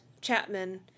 Chapman